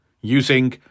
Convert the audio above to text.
using